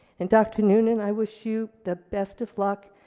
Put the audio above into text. and dr. noonan, i wish you the best of luck.